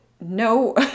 no